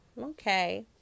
Okay